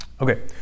Okay